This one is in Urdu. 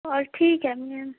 اور ٹھیک ہے میم